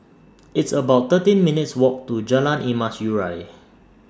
It's about thirteen minutes' Walk to Jalan Emas Urai